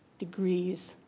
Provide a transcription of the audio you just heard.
degrees.